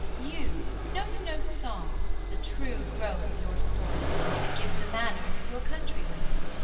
you, know you no song, the true growth of your soil, that gives the manners of your country-women